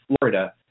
Florida